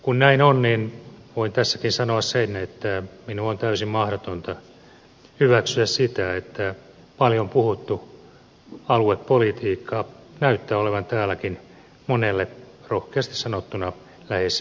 kun näin on niin voin tässäkin sanoa sen että minun on täysin mahdotonta hyväksyä sitä että paljon puhuttu aluepolitiikka näyttää olevan täälläkin monelle rohkeasti sanottuna lähes kirosana